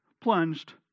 plunged